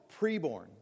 preborn